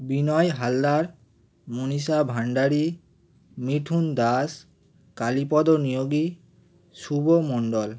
Binoy Haldar Manisha Bhandari Mithun Das Kalipada Niyogi Shubho Mondal